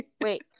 Wait